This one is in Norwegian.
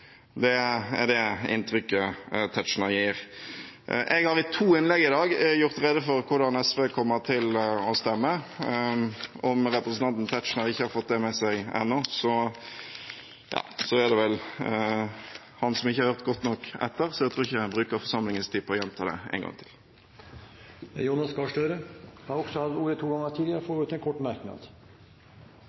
Det er det inntrykket Tetzschner gir. Jeg har i to innlegg i dag gjort rede for hvordan SV kommer til å stemme, og om representanten Tetzschner ikke har fått det med seg ennå, er det vel han som ikke har hørt godt nok etter. Jeg tror ikke jeg bruker av forsamlingens tid på å gjenta det en gang til. Representanten Jonas Gahr Støre har også hatt ordet to ganger tidligere og får ordet til en kort merknad,